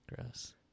gross